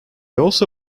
also